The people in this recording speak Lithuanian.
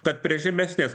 kad prie žemesnės